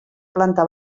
planta